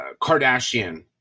Kardashian